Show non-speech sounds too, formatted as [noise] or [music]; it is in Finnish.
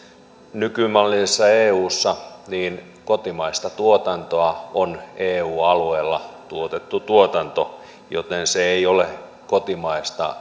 nykymallisessa eussa niin kotimaista tuotantoa on eu alueella tuotettu tuotanto joten se ei ole kotimaista [unintelligible]